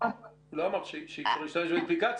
הוא לא אמר שאי אפשר להשתמש באפליקציה.